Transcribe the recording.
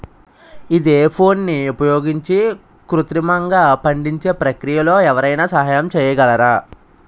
ఈథెఫోన్ని ఉపయోగించి కృత్రిమంగా పండించే ప్రక్రియలో ఎవరైనా సహాయం చేయగలరా?